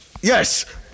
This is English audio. Yes